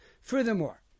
Furthermore